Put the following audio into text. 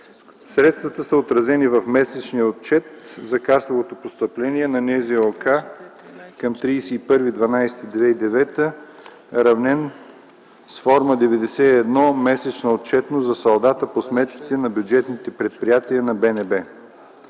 Средствата са отразени в месечния отчет за касовите постъпления на НЗОК към 31.12.2009 г., равнен с форма № 91 – месечна отчетност за салдата по сметките на бюджетните предприятия в БНБ.